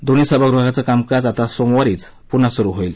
दोन्ही सभागृहांचं कामकाज आता सोमवारीच पुन्हा सुरु होईल